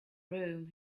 room